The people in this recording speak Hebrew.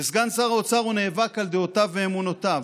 כסגן שר האוצר הוא נאבק על דעותיו ואמונותיו,